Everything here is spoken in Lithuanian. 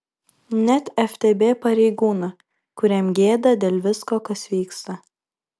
net ftb pareigūną kuriam gėda dėl visko kas vyksta